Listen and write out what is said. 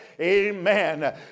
amen